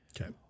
Okay